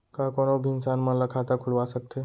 का कोनो भी इंसान मन ला खाता खुलवा सकथे?